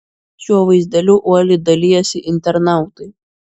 šiuo vaizdeliu uoliai dalijasi internautai